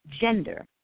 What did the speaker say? gender